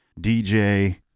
DJ